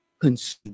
consume